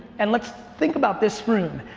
and let's think about this room.